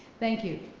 thank you.